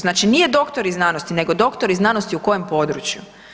Znači nije doktori znanosti nego doktori znanosti u kojem području.